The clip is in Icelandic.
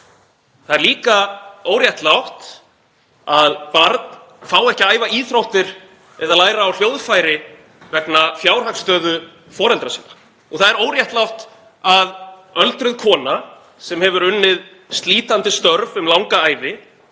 Það er líka óréttlátt að barn fái ekki að æfa íþróttir eða læra á hljóðfæri vegna fjárhagsstöðu foreldra sinna. Það er óréttlátt að öldruð kona sem hefur unnið slítandi störf um langa ævi